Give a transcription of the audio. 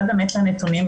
אחד לנתונים.